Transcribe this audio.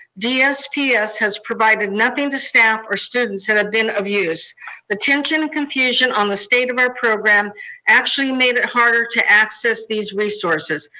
dsps has provided nothing to staff or students that have been abused. the tension and confusion on the state of our program actually made it harder to access these resources.